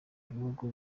bihugu